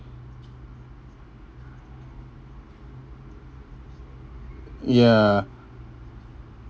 ya